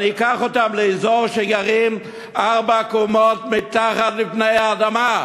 אני אקח אותו לאזור שגרים בו ארבע קומות מתחת לפני האדמה.